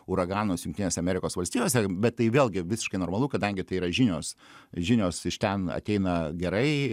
uraganus jungtinėse amerikos valstijose bet tai vėlgi visiškai normalu kadangi tai yra žinios žinios iš ten ateina gerai